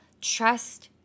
trust